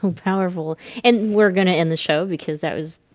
and powerful and we're gonna end the show because that was